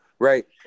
Right